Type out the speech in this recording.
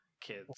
kids